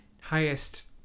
highest